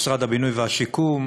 משרד הבינוי והשיכון,